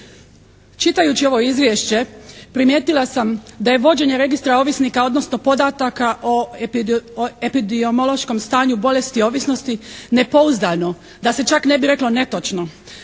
Čitajući ovo izvješće primijetila sam da je vođenje registra ovisnika odnosno podataka o epidemiološkom stanju bolesti ovisnosti nepouzdano. Da se čak ne bi reklo netočno.